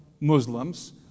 Muslims